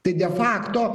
tai defakto